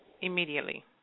immediately